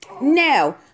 Now